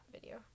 video